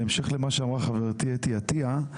בהמשך למה שאמרה חברתי אתי עטיה,